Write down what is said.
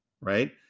right